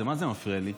זה מה זה מפריע לי.